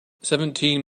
seventeen